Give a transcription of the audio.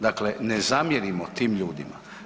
Dakle, ne zamjerimo tim ljudima.